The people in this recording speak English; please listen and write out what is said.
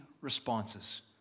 responses